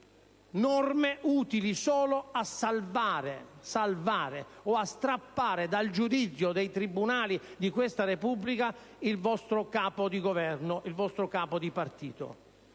norme utili solo a salvare o a strappare dal giudizio dei tribunali di questa Repubblica il Capo del vostro Governo, il vostro capo di partito.